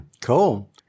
Cool